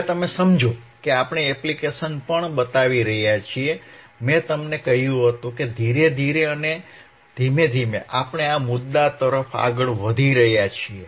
હવે તમે સમજો કે આપણે એપ્લિકેશન પણ બતાવી રહ્યા છીએ મેં તમને કહ્યું કે ધીરે ધીરે અને ધીરે ધીરે આપણે આ મુદ્દા તરફ આગળ વધી રહ્યા છીએ